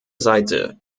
seite